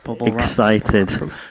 excited